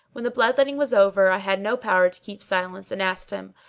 when the blood-letting was over i had no power to keep silence and asked him,